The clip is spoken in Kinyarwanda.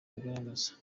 bagaragaza